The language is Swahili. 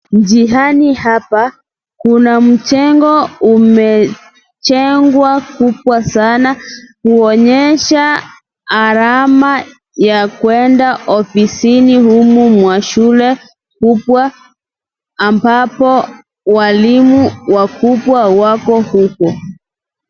Njiani hapa kuna mjengo umejengwa kubwa Sana kuonyesha alama ya kuenda ofisini humu mwa shule kubwa ambapo walimu wakubwa wako huko.